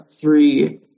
three